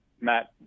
Matt